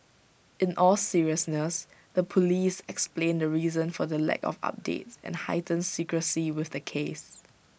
in all seriousness the Police explained the reason for the lack of updates and heightened secrecy with the case